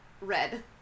Red